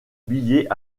billet